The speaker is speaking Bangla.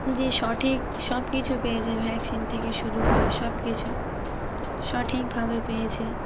যে সঠিক সবকিছু পেয়েছে ভ্যাকসিন থেকে শুরু করে সবকিছু সঠিকভাবে পেয়েছে